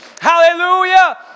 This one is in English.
Hallelujah